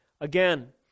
Again